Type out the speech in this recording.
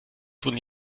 wurden